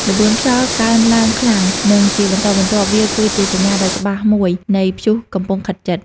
ល្បឿនខ្យល់កើនឡើងខ្លាំង និងជាបន្តបន្ទាប់វាគឺជាសញ្ញាដ៏ច្បាស់មួយនៃព្យុះកំពុងខិតជិត។